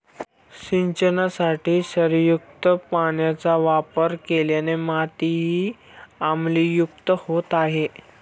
सिंचनासाठी क्षारयुक्त पाण्याचा वापर केल्याने मातीही आम्लयुक्त होत आहे